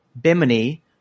bimini